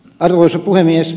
arvoisa puhemies